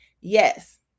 Yes